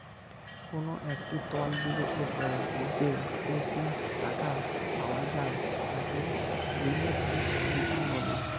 কোনো একটা তহবিলের উপর যে শেষমেষ টাকা পাওয়া যায় তাকে রিলেটিভ রিটার্ন বলে